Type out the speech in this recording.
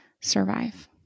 survive